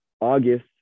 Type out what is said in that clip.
August